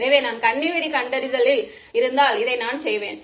எனவே நான் கண்ணிவெடி கண்டறிதலில் இருந்தால் இதை நான் செய்வேன்